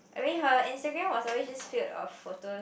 I mean her Instagram was always just filled of photos